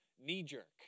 knee-jerk